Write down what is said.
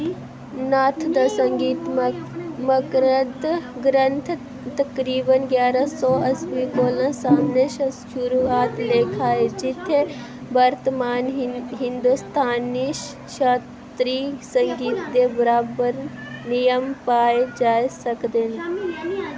north दा संगीत मकरंद ग्रंथ तकरीबन ञारां अस्वी कोला सभनें शा शुरुआती लेख ऐ जित्थै वर्तमान हिंदुस्तानी शास्त्री संगीत दे बराबर नियम पाए जाई सकदे न